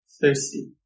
thirsty